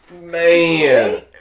Man